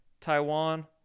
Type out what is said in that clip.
Taiwan